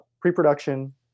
pre-production